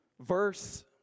verse